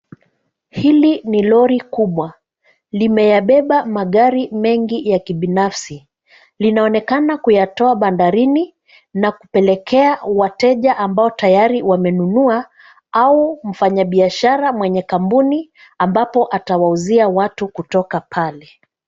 Hili ni lori kubwa, limeyabeba magari mengi ya kibinafsi. Linaonekana kuyatoa bandarini na kupelekea wateja ambao tayari wamenunua au mfanyabiashara mwenye kampuni ambapo atawauzia watu kutoka pale.